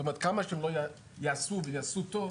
זאת אומרת, כמה שהם לא יעשו ויעשו טוב,